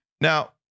Now